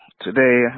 Today